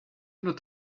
not